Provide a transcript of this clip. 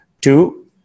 Two